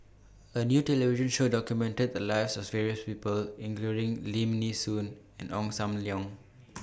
A New television Show documented The Lives of various People including Lim Nee Soon and Ong SAM Leong